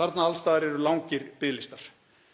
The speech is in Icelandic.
Þarna alls staðar eru langir biðlistar.